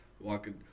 walking